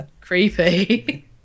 Creepy